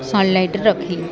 ସନ୍ଲାଇଟ୍ରେ ରଖିଲି